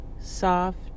soft